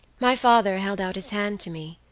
my father held out his hand to me,